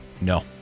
No